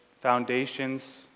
foundations